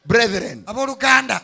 Brethren